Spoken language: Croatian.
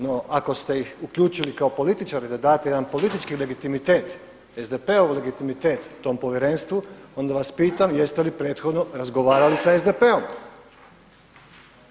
No, ako ste ih uključili kao političare da date jedan politički legitimitet, SDP-ov legitimitet tom povjerenstvu, onda vas pitam jeste li prethodno razgovarali sa SDP-om?